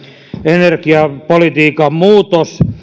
energiapolitiikan muutos